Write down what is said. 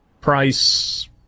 Price